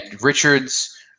Richards